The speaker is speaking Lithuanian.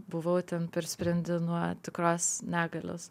buvau ten per sprindį nuo tikros negalios